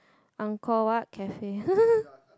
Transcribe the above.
Angkor-Wat cafe